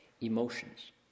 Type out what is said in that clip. Emotions